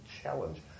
challenge